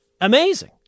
Amazing